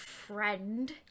friend